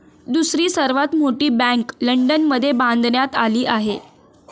दुसरी सर्वात मोठी बँक लंडनमध्ये बांधण्यात आली आहे